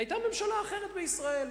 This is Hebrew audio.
היתה ממשלה אחרת בישראל.